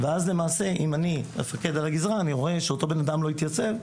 ואז למעשה אם אני מפקד על הגזרה אני רואה שאותו בנאדם לא התייצב,